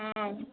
ಹಾಂ